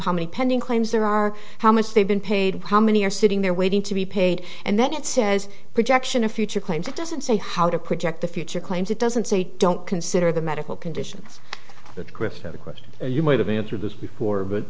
how many pending claims there are how much they've been paid how many are sitting there waiting to be paid and then it says projection of future claims it doesn't say how to project the future claims it doesn't say don't consider the medical conditions that question of a question you might have answered this before but